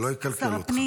שלא יקלקל אותך.